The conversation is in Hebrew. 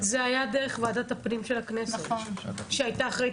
זה היה דרך וועדת הפנים של הכנסת שהיתה אחראית